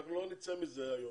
אנחנו לא נצא מזה היום,